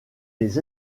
les